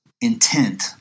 intent